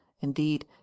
indeed